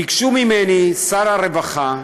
ביקש ממני שר הרווחה,